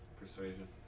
persuasion